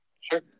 Sure